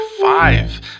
five